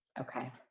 Okay